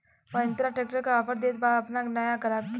Mahindra tractor का offer देत बा अपना नया ग्राहक के?